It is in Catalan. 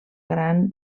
gran